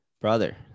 Brother